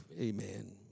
Amen